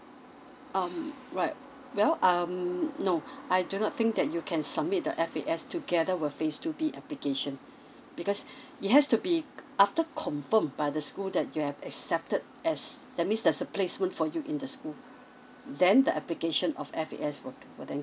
um right well um no I do not think that you can submit the F_A_S together with phase two B application because it has to be uh after confirmed by the school that you have accepted as that means there's a placement for you in the school mm then the application of F_A_S will will then